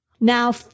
Now